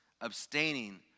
abstaining